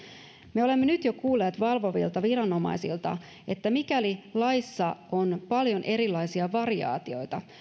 me olemme jo nyt kuulleet valvovilta viranomaisilta että mikäli laissa on paljon erilaisia variaatioita